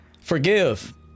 forgive